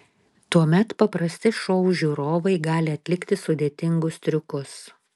tuomet paprasti šou žiūrovai gali atlikti sudėtingus triukus